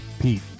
Pete